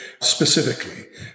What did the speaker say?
specifically